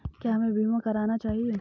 क्या हमें बीमा करना चाहिए?